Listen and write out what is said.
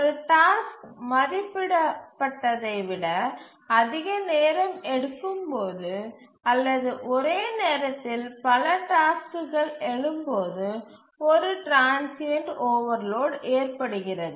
ஒரு டாஸ்க் மதிப்பிடப்பட்டதை விட அதிக நேரம் எடுக்கும் போது அல்லது ஒரே நேரத்தில் பல டாஸ்க்குகள் எழும்போது ஒரு டிரான்ஸ்சியன்ட் ஓவர்லோட் ஏற்படுகிறது